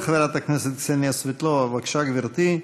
חברת הכנסת קסניה סבטלובה, בבקשה, גברתי.